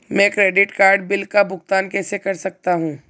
मैं credit card bill का भुगतान कैसे कर सकता हूं?